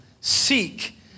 seek